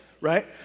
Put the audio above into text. right